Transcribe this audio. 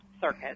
circuit